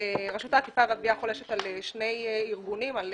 רשות האכיפה והגבייה חולשת על שני ארגונים: על